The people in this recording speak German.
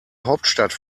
hauptstadt